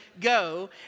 go